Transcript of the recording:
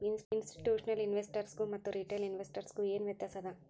ಇನ್ಸ್ಟಿಟ್ಯೂಷ್ನಲಿನ್ವೆಸ್ಟರ್ಸ್ಗು ಮತ್ತ ರಿಟೇಲ್ ಇನ್ವೆಸ್ಟರ್ಸ್ಗು ಏನ್ ವ್ಯತ್ಯಾಸದ?